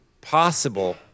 possible